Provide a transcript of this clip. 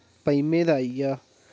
पंजमें दा आई गेआ